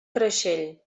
creixell